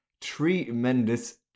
Tremendous